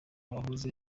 wahoze